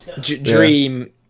Dream